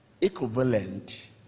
equivalent